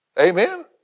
Amen